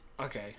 Okay